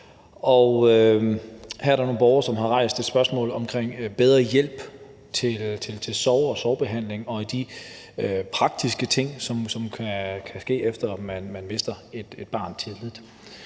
her er der nogle borgere, som har rejst et spørgsmål om bedre hjælp til folk i sorg og hjælp til sorgbehandling og de praktiske ting, som skal ske, efter at man har mistet et barn tidligt.